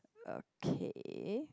okay